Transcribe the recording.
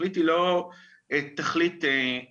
התכלית היא לא תכלית אחרת,